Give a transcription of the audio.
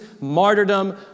martyrdom